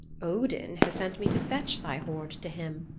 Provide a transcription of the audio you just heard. odin has sent me to fetch thy hoard to him,